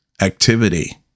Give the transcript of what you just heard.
activity